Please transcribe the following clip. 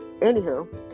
Anywho